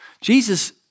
jesus